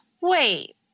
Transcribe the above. wait